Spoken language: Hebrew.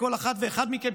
כל אחד ואחד מכם,